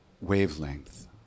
wavelength